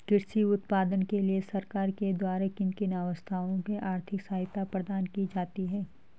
कृषि उत्पादन के लिए सरकार के द्वारा किन किन अवस्थाओं में आर्थिक सहायता प्रदान की जाती है?